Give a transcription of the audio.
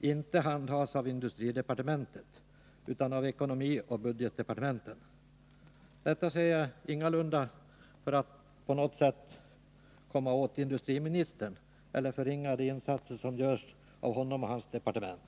inte handhas av industridepartementet utan av ekonomioch budgetdepartementen. Detta säger jag ingalunda för att på något sätt komma åt industriministern eller förringa de insatser som görs av honom och hans departement.